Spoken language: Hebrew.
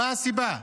מה הסיבה?